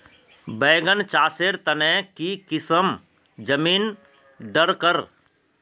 बैगन चासेर तने की किसम जमीन डरकर?